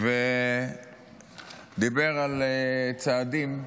ודיבר על צעדים,